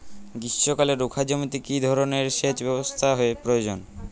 গ্রীষ্মকালে রুখা জমিতে কি ধরনের সেচ ব্যবস্থা প্রয়োজন?